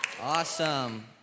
Awesome